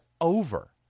over